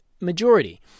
majority